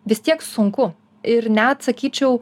vis tiek sunku ir net sakyčiau